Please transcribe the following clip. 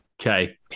Okay